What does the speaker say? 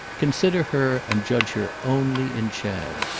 consider her and judge her only in chad.